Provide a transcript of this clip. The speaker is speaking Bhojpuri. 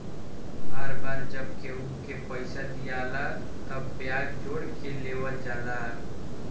बार बार जब केहू के पइसा दियाला तब ब्याज के जोड़ के लेवल जाला